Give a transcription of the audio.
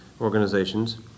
organizations